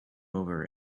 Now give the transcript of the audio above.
over